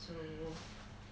so okay